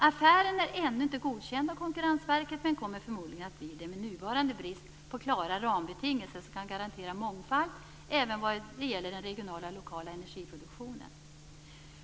Affären är ännu inte godkänd av Konkurrensverket men kommer förmodligen att bli det med nuvarande brist på klara rambetingelser som kan garantera mångfald även vad gäller den regionala och lokala energiproduktionen.